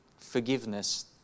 forgiveness